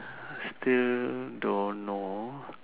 still don't know